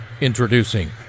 Introducing